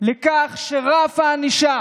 לכך שרף הענישה